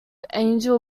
angel